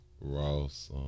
Ross